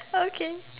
okay